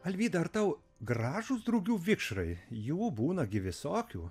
alvyda ar tau gražūs drugių vikšrai jų būna gi visokių